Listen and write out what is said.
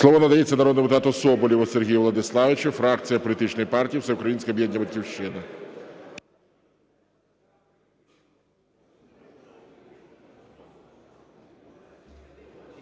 Слово надається народному депутату Соболєву Сергію Владиславовичу, фракція політичної партії "Всеукраїнське об'єднання "Батьківщина".